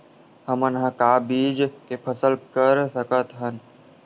हमन ह का का बीज के फसल कर सकत हन?